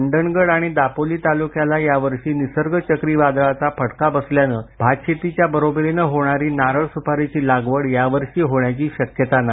मंडणगड आणि दापोली तालुक्याला निसर्ग चक्रीवादळाचा फटका बसल्यानं भातशेतीच्या बरोबरीनं होणारी नारळ सुपारीची लागवड यावर्षी होण्याची शक्यता नाही